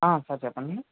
sir చెప్పండి